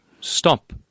stop